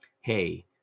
Hey